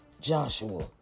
Joshua